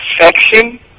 Affection